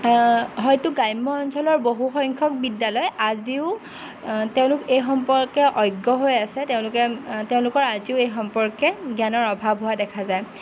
হয়টো গ্ৰাম্য অঞ্চলৰ বহুসংখ্যক বিদ্যালয় আজিও তেওঁলোক এই সম্পৰ্কে অজ্ঞ হৈ আছে তেওঁলোকে তেওঁলোকৰ আজিও এই সম্পৰ্কে জ্ঞানৰ অভাৱ হোৱা দেখা যায়